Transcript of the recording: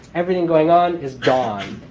everything going on is gone.